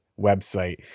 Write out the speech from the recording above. website